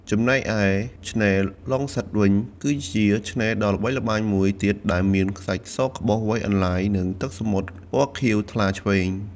ចំណែកឯ ឆ្នេរឡងសិតវិញ គឺជាឆ្នេរដ៏ល្បីល្បាញមួយទៀតដែលមានខ្សាច់សក្បុសវែងអន្លាយ និងទឹកសមុទ្រពណ៌ខៀវថ្លាឆ្វេង។